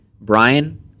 Brian